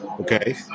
Okay